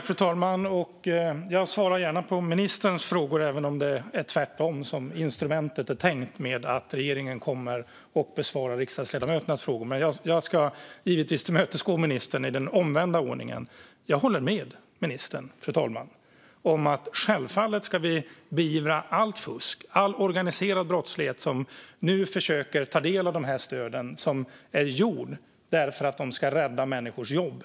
Fru talman! Jag svarar gärna på ministerns frågor, även om tanken med interpellationsinstrumentet tvärtom är att regeringen ska besvara riksdagsledamöternas frågor. Men jag ska givetvis tillmötesgå ministern i den omvända ordningen. Jag håller med ministern, fru talman, om att vi självfallet ska beivra allt fusk, all organiserad brottslighet som nu försöker ta del av de här stöden som är införda för att rädda människors jobb.